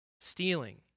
stealing